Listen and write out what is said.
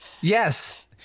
Yes